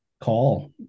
call